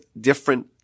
different